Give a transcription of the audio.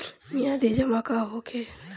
मियादी जमा का होखेला?